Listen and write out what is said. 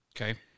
Okay